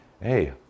Hey